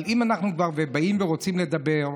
אבל אם אנחנו כבר באים ורוצים לדבר,